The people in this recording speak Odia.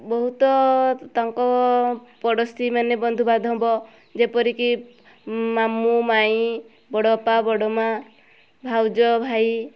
ବହୁତ ତାଙ୍କ ପଡ଼ୋଶୀମାନେ ବନ୍ଧୁବାନ୍ଧବ ଯେପରି କି ମାମୁଁ ମାଇଁ ବଡ଼ ବାପା ବଡ଼ ମାଆ ଭାଉଜ ଭାଇ